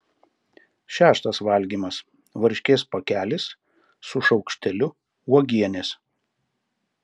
šeštas valgymas varškės pakelis su šaukšteliu uogienės